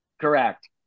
Correct